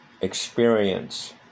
experience